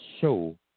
show